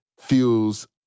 feels